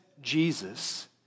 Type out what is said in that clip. Jesus